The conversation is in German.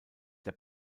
der